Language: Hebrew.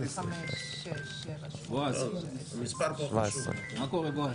הצבעה בעד,